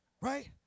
right